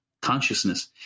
consciousness